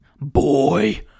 Boy